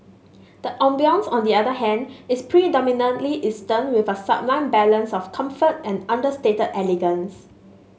the ambience on the other hand is predominantly Eastern with a sublime balance of comfort and understated elegance